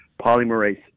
polymerase